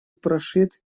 прошит